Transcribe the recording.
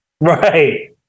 Right